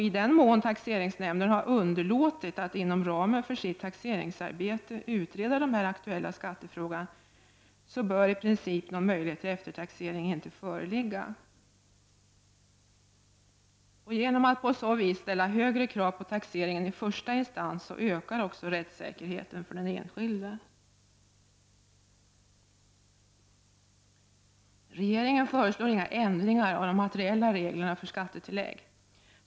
I den mån taxeringsnämnden underlåtit att inom ramen för sitt taxeringsarbete utreda den aktuella skattefrågan bör i princip någon möjlighet till eftertaxering inte föreligga. Genom att på så vis ställa högre krav på taxeringen i första instans ökar också rättssäkerheten för den enskilde. Regeringen föreslår inga ändringar av de materiella reglerna för skattetilllägg.